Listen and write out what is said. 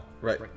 Right